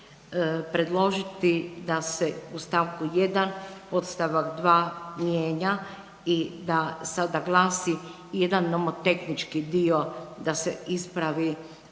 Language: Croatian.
predložiti da se u st. 1. podstavak 2. mijenja i da sada gleda jedan nomotehnički dio da se ispravi